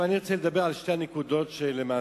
אני רוצה לדבר על שתי נקודות בחוק,